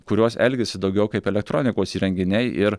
kurios elgiasi daugiau kaip elektronikos įrenginiai ir